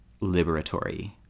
liberatory